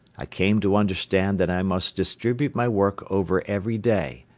i came to understand that i must distribute my work over every day,